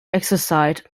exercised